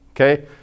Okay